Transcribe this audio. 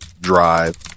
drive